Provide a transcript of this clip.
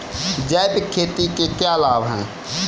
जैविक खेती के क्या लाभ हैं?